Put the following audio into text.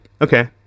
Okay